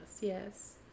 yes